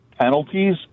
penalties